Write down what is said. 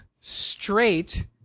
straight